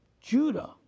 Judah